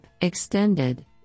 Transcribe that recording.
Extended